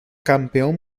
campeón